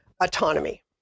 autonomy